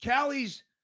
Callie's